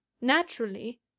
naturally